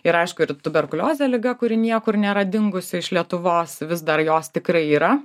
ir aišku ir tuberkuliozė liga kuri niekur nėra dingusi iš lietuvos vis dar jos tikrai yra